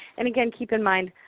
and again, keep in mind,